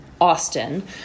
Austin